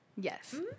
yes